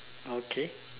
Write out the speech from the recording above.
okay